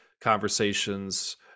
conversations